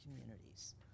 communities